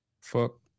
fuck